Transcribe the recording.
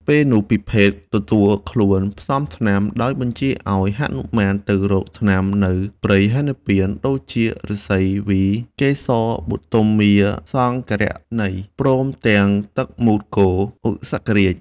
ពេលនោះពិភេកទទួលខ្លួនផ្សំថ្នាំ ដោយបញ្ជាឱ្យ ហនុមានទៅរកថ្នាំនៅព្រៃហេមពាន្ត ដូចជាឫស្សីវី កេសរបទុមាសង្ករណី ព្រមទាំងទឹកមូត្រគោ ឧសករាជ។